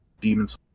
demons